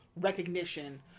recognition